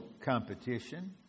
competition